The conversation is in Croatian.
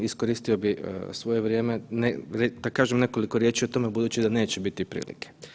Iskoristio bih svoje vrijeme da kažem nekoliko riječi o tome, budući da neće biti prilike.